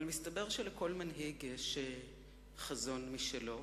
אבל מתברר שלכל מנהיג יש חזון משלו,